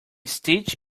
stitch